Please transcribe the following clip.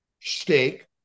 steak